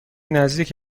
نزدیک